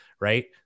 right